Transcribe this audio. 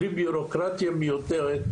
בלי ביורוקרטיה מיותרת,